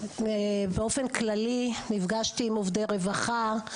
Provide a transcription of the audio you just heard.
באופן כללי נפגשתי עם עובדי רווחה,